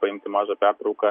paimti mažą pertrauką